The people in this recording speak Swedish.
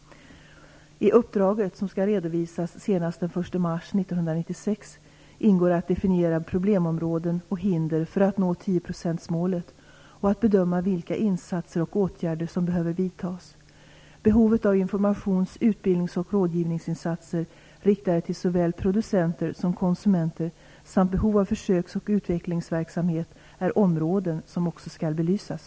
I uppdraget, som skall redovisas senast den 1 mars 1996, ingår att definiera problemområden och hinder för att nå tioprocentsmålet och att bedöma vilka insatser och åtgärder som behöver vidtas. Behovet av informations-, utbildnings och rådgivningsinsatser riktade till såväl producenter som konsumenter samt behov av försöks och utvecklingsverksamhet är områden som också skall belysas.